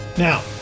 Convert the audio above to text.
Now